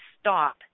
stop